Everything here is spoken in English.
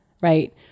right